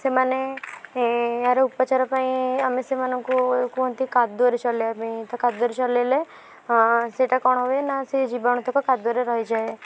ସେମାନେ ୟାର ଉପଚାର ପାଇଁ ଆମେ ସେମାନଙ୍କୁ କୁହନ୍ତି କାଦୁଅରେ ଚଲେଇବା ପାଇଁ ତ କାଦୁଅରେ ଚଲେଇଲେ ସେଇଟା କ'ଣ ହୁଏ ନା ସେଇ ଜୀବାଣୁ ତକ କାଦୁଅରେ ରହିଯାଏ